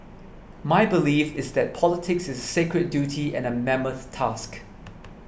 my belief is that politics is a secret duty and a mammoth task